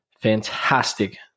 fantastic